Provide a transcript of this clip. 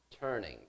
turning